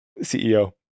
CEO